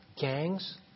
gangs